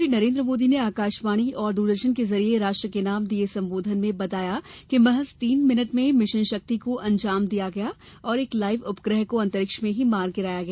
प्रधानमंत्री नरेंद्र मोदी ने आकाशवाणी और दूरदर्शन के जरिये राष्ट्र के नाम दिये संबोधन में बताया कि महज तीन मिनट में मिशन शक्ति को अंजाम दिया गया और एक लाइव उपग्रह को अंतरिक्ष में ही मार गिराया गया